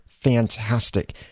fantastic